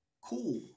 Cool